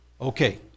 Okay